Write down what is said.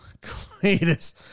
Cletus